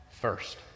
first